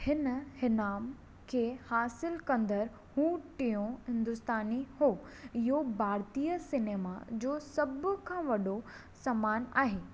हिन इनाम खे हासिलु कंदड़ु हू टियों हिंदुस्तानी हो इहो भारतीअ सिनेमा जो सभु खां वॾो सम्मानु आहे